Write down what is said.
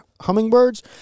hummingbirds